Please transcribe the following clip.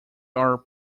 are